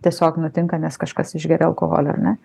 tiesiog nutinka nes kažkas išgeria alkoholio ar ne